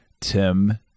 Tim